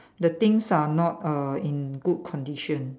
the things are not err in good condition